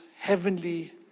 heavenly